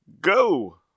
go